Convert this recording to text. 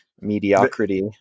mediocrity